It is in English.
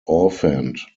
orphaned